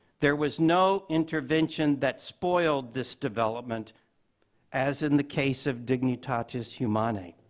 there was no intervention that spoiled this development as in the case of dignitatis humanae,